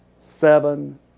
seven